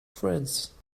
france